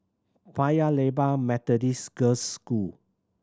Paya Lebar Methodist Girls' School